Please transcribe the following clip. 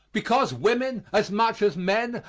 because women, as much as men,